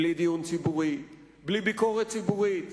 בלי דיון ציבורי, בלי ביקורת ציבורית.